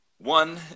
One